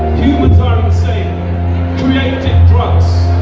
humans are insane create drugs,